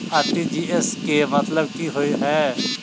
RTGS केँ मतलब की होइ हय?